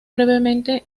brevemente